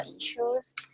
issues